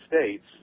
States